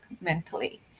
mentally